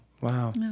Wow